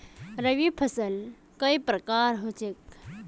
रवि फसल कई प्रकार होचे?